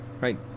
right